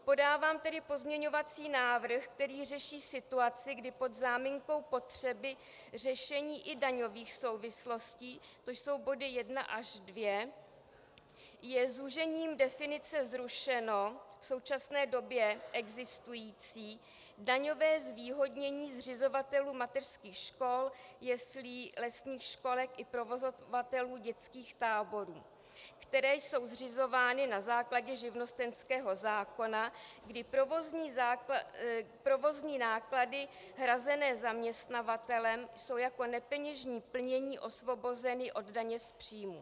Podávám tedy pozměňovací návrh, který řeší situaci, kdy pod záminkou potřeby řešení i daňových souvislostí, to jsou body 1 až 2, je zúžením definice zrušeno v současné době existující daňové zvýhodnění zřizovatelů mateřských škol, jeslí, lesních školek i provozovatelů dětských táborů, které jsou zřizovány na základě živnostenského zákona, kdy provozní náklady hrazené zaměstnavatelem jsou jako nepeněžní plnění osvobozeny od daně z příjmu.